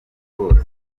bwose